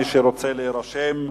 מי שרוצה להירשם,